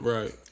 Right